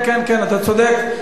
אתה צודק.